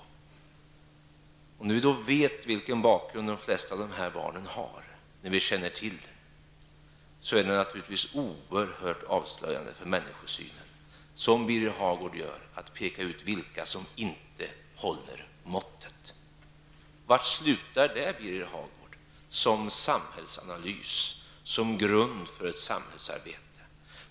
När vi känner till vilken bakgrund de flesta av dessa barn har är det naturligtvis oerhört avslöjande för människosynen att som Birger Hagård göra peka ut vilka som ''inte håller måttet''. Var slutar det, Birger Hagård, som samhällsanalys, som grund för ett samhällsarbete?